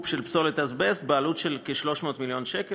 של פסולת אזבסט בעלות של כ-300 מיליון שקל.